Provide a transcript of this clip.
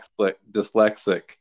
dyslexic